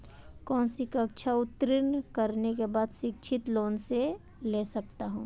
कौनसी कक्षा उत्तीर्ण करने के बाद शिक्षित लोंन ले सकता हूं?